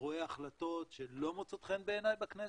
רואה החלטות שלא מוצאות חן בעיניי בכנסת,